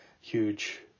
huge